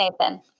Nathan